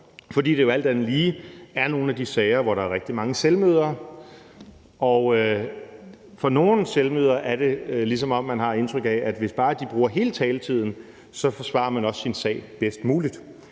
fordi det jo alt andet lige er nogle af de sager, hvor der er rigtig mange selvmødere. I forhold til nogle selvmødere er det indtryk, man får, at hvis bare de bruger hele taletiden, så forsvarer de også deres sag bedst muligt.